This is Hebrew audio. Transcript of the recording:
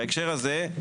בהקשר הזה,